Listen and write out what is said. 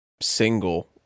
single